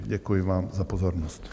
Děkuji vám za pozornost.